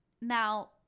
Now